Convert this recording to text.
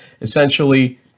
essentially